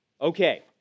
Okay